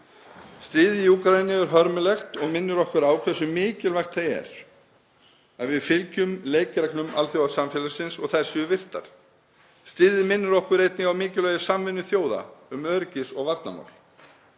Stríðið í Úkraínu er hörmulegt og minnir okkur á hversu mikilvægt það er að við fylgjum leikreglum alþjóðasamfélagsins og að þær séu virtar. Stríðið minnir okkur einnig á mikilvægi samvinnu þjóða um öryggis- og varnarmál.